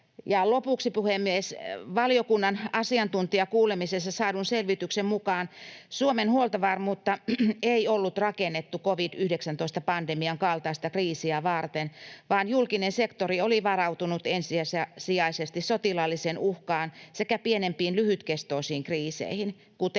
Lopuksi, puhemies, valiokunnan asiantuntijakuulemisessa saadun selvityksen mukaan Suomen huoltovarmuutta ei ollut rakennettu covid-19-pandemian kaltaista kriisiä varten, vaan julkinen sektori oli varautunut ensisijaisesti sotilaalliseen uhkaan sekä pienempiin, lyhytkestoisiin kriiseihin, kuten